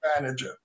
manager